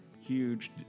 huge